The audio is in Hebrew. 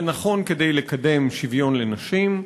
זה נכון כדי לקדם שוויון לנשים,